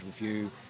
review